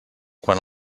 quan